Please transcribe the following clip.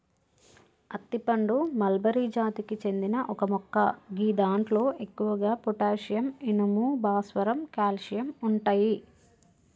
అత్తి పండు మల్బరి జాతికి చెందిన ఒక మొక్క గిదాంట్లో ఎక్కువగా పొటాషియం, ఇనుము, భాస్వరం, కాల్షియం ఉంటయి